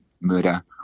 murder